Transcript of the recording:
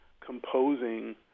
composing